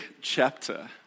chapter